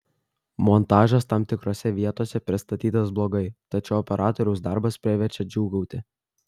montažas tam tikrose vietose pristatytas blogai tačiau operatoriaus darbas priverčia džiūgauti